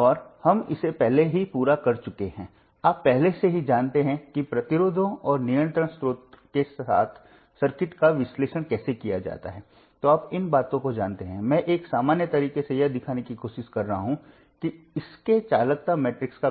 तो यह सबसे महत्वपूर्ण विशेषता है और मूल रूप से जी मैट्रिक्स को उलट कर इस समीकरण को हल करके आप सभी नोड वोल्टेज पा सकते हैं और वहां से आप सब कुछ